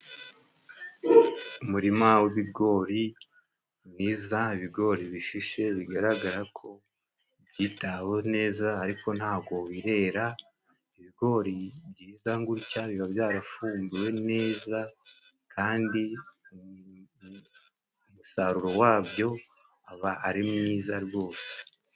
Umurima w'ibigori mwiza, ibigori bishishe bigaragara ko byitaweho neza ariko ntago birera. Ibigori byiza gutya biba byarafumbiwe neza kandi umusaruro wabyo aba ari mwiza rwose.